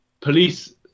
police